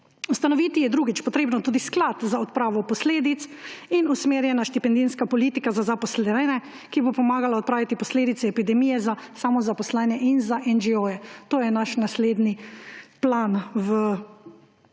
Ustanoviti je, drugič, potrebno tudi sklad za odpravo posledic in usmerjena štipendijska politika za zaposlene, ki bi pomagala odpraviti posledice epidemije za samozaposlene in za NGO. To je naš naslednji plan v